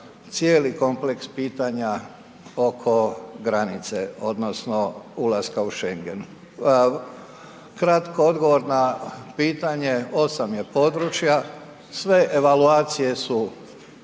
cijeli kompleks pitanja oko granice odnosno ulaska u Schengen. Kratko odgovor na pitanje, 8 je područja, sve evaluacije su